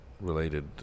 related